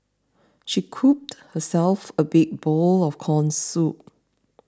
she scooped herself a big bowl of Corn Soup